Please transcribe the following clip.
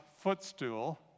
footstool